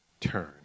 turn